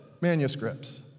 manuscripts